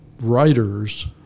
writers